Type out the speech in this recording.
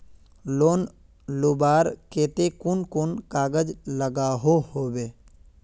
Loan लुबार केते कुन कुन कागज लागोहो होबे?